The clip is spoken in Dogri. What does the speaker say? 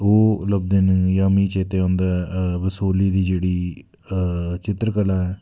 ओह् जेह्ड़ा मिगी चेत्तै औंदा ऐ बसोह्ली दी जेह्ड़ी चित्रकला ऐ